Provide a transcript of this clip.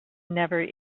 never